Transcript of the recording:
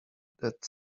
that